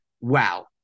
wow